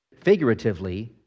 Figuratively